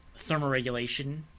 thermoregulation